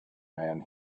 man